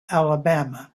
alabama